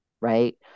right